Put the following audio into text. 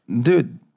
dude